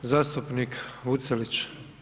Zastupnik Vucelić.